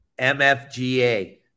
MFGA